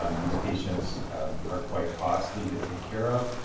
um these patients are quite costly to take care of.